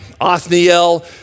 Othniel